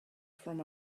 from